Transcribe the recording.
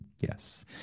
Yes